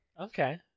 Okay